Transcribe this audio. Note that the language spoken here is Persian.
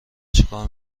چیکار